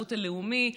בשירות הלאומי,